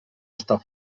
estar